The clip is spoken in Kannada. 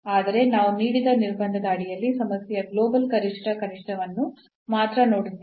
ಆದರೆ ನಾವು ನೀಡಿದ ನಿರ್ಬಂಧದ ಅಡಿಯಲ್ಲಿ ಸಮಸ್ಯೆಯ ಗ್ಲೋಬಲ್ ಗರಿಷ್ಠ ಕನಿಷ್ಠವನ್ನು ಮಾತ್ರ ನೋಡುತ್ತೇವೆ